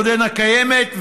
עודנה קיימת,